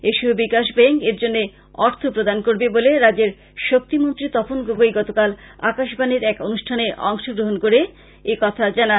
এশিয় বিকাশ ব্যাঙ্ক এরজন্য অর্থ প্রদান করবে বলে রাজ্যের শক্তিমন্ত্রী তপন গগৈ গতকাল আকাশবাণীতে এক অনুষ্টানে অংশ গ্রহন করে জানান